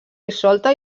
dissolta